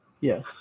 Yes